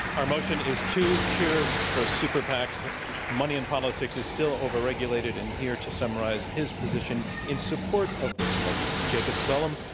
our motion is, two cheers for super pacs money in politics is still overregulated. and here to summarize his position in support of this motion, jacob sullum,